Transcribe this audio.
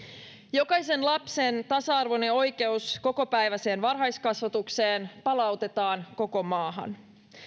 jokaisen lapsen tasa arvoinen oikeus kokopäiväiseen varhaiskasvatukseen palautetaan koko maahan